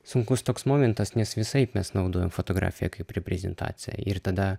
sunkus toks momentas nes visaip mes naudojam fotografiją kaip reprezentaciją ir tada